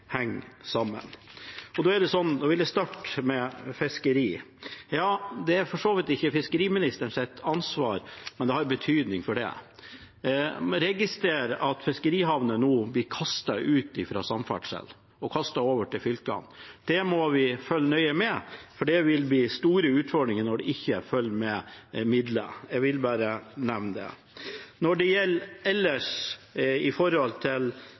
henger sammen. Jeg vil starte med fiskeri. Det er for så vidt ikke fiskeriministerens ansvar, men det har betydning for det: Jeg registrerer at fiskerihavner nå blir kastet ut fra samferdsel og over til fylkene. Det må vi følge nøye med på, for det vil bli store utfordringer når det ikke følger med midler. Jeg vil bare nevne det. Når det ellers gjelder fylkene, henger det også sammen, både økonomien til